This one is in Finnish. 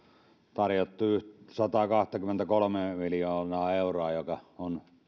tarjottu sataakahtakymmentäkolmea miljoonaa euroa ja on